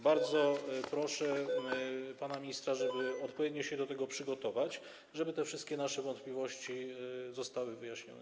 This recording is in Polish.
Bardzo proszę pana ministra, żeby odpowiednio się do tego przygotował, żeby te wszystkie nasze wątpliwości zostały wyjaśnione.